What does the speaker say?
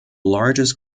largest